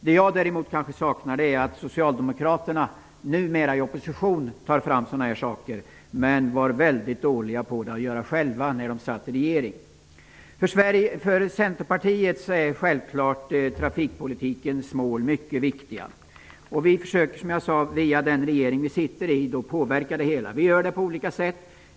Socialdemokraterna tar visserligen numera, när de är i opposition, fram sådana här frågor men var mycket dåliga på detta medan de själva var i regeringsställning. För Centerpartiet är trafikpolitikens mål självfallet mycket viktiga, och vi försöker på olika sätt att påverka dem i den regering som vi sitter i.